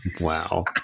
Wow